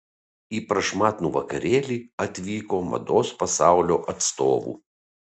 į prašmatnų vakarėlį atvyko mados pasaulio atstovų